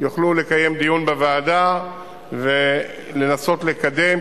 יוכלו לקיים דיון בוועדה ולנסות לקדם,